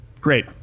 great